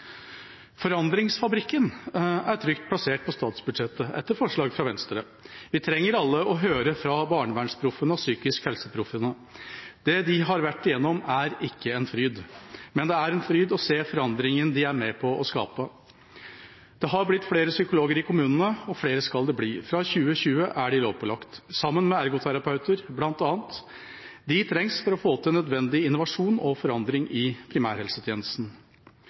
Forandringsfabrikken er trygt plassert på statsbudsjettet etter forslag fra Venstre. Vi trenger alle å høre fra BarnevernsProffene og PsykiskhelseProffene. Det de har vært gjennom, er ikke en fryd, men det er en fryd å se forandringen de er med på å skape. Det har blitt flere psykologer i kommunene, og flere skal det bli. Fra 2020 er de lovpålagt, sammen med bl.a. ergoterapeuter. De trengs for å få til nødvendig innovasjon og forandring i primærhelsetjenesten.